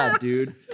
dude